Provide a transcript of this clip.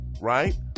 right